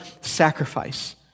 sacrifice